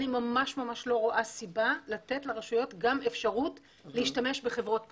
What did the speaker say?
אני ממש ממש לא רואה סיבה לתת לרשויות גם אפשרות להשתמש בחברות פרטיות,